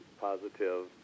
positive